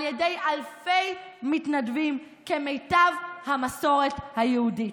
על ידי אלפי מתנדבים כמיטב המסורת היהודית.